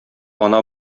ана